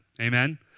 Amen